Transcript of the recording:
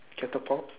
catapult